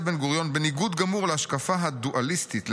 בן-גוריון בניגוד גמור להשקפה הדואליסטית,